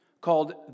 called